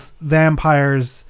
Vampire's